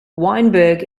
weinberg